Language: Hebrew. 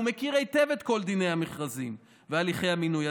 הוא מכיר היטב את כל דיני המכרזים והליכי המינוי,